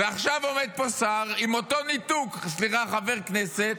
ועכשיו עמד פה שר עם אותו ניתוק, סליחה, חבר כנסת,